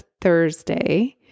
Thursday